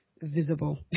visible